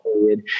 period